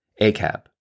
ACAB